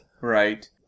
Right